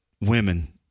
women